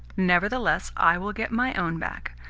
nevertheless i will get my own back.